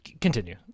continue